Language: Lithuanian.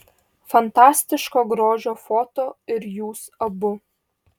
fantastiško grožio foto ir jūs abu